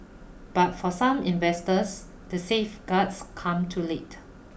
but for some investors the safeguards come too late